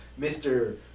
Mr